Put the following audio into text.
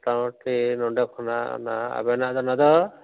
ᱢᱳᱴᱟᱢᱩᱴᱤ ᱱᱚᱸᱰᱮ ᱠᱷᱚᱱᱟᱜ ᱚᱱᱟ ᱟᱵᱮᱱᱟᱜ ᱚᱱᱟ ᱫᱚ